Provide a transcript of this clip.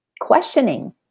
questioning